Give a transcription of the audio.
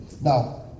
now